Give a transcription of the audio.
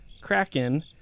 kraken